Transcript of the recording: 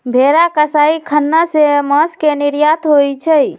भेरा कसाई ख़ना से मास के निर्यात होइ छइ